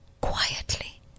quietly